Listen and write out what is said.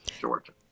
Georgia